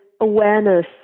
awareness